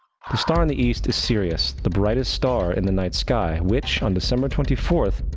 star in the east is sirius, the brightest star in the night sky, which, on december twenty four,